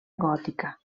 gòtica